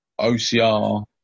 OCR